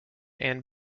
and